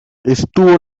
estuvo